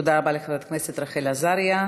תודה רבה לחברת הכנסת רחל עזריה.